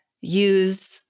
use